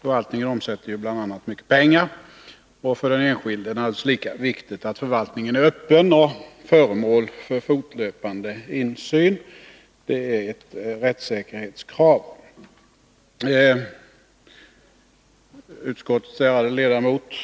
Förvaltningen omsätter ju bl.a. mycket pengar. För människorna är det naturligtvis lika viktigt att förvaltningen är öppen och föremål för fortlöpande insyn. Det är ett rättssäkerhetskrav. Utskottets ärade ledamot